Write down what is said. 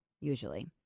usually